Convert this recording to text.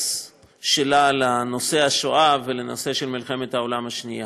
שלה לנושא השואה ולנושא של מלחמת העולם השנייה.